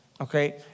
okay